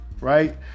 right